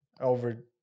over